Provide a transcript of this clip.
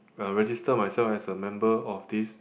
uh register myself as a member of this